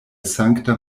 sankta